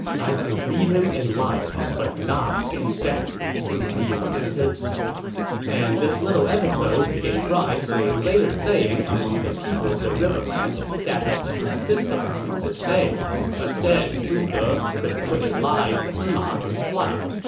i could read him in life, but not in death. sima yi lamented and this little episode gave rise to a later saying among the people of the riverlands that has persisted to this day a dead zhuge could put a live sima to flight.